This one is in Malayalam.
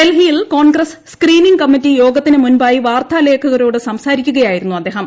ഡൽഹിയിൽ കോൺഗ്രസ് സ്കീനിങ് കമ്മിറ്റി യോഗത്തിന് മുമ്പായി വാർത്താലേഖകരോട് സംസാരിക്കുകയായിരുന്നു അദ്ദേഹം